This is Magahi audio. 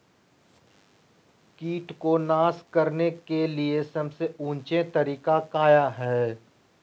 किट को नास करने के लिए सबसे ऊंचे तरीका काया है?